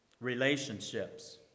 Relationships